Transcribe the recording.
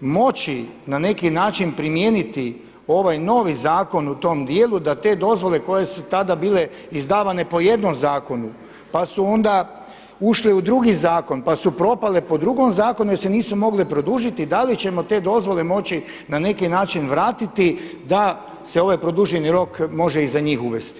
moći na neki način primijeniti ovaj novi zakon u tom dijelu da te dozvole koje su tada bile izdavane po jednom zakonu, pa su onda ušle u drugi zakon, pa su propale po drugom zakonu jer se nisu mogle produžit, da li ćemo te dozvole moći na neki način vratiti da se ovaj produženi rok može i za njih uvesti.